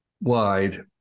wide